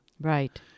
Right